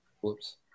Whoops